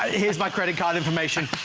here's my credit card information.